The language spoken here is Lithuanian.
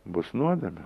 bus nuodėmė